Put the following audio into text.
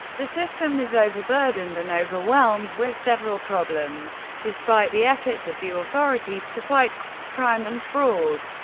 the system is overburdened and overwhelmed with several problems. despite the efforts of the authorities to fight crime and fraud,